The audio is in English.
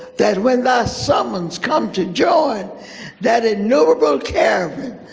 that when thy summons comes to join that innumerable caravan,